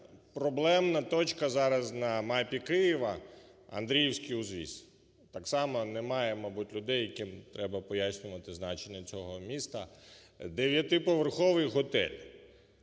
проблемна точка зараз на мапі Києва – Андріївський узвіз. Так само немає, мабуть, людей, яким треба пояснювати значення цього міста. Дев'ятиповерховий готель